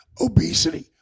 Obesity